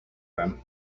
them